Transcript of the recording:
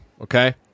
Okay